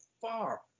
far